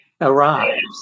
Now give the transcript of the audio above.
arrives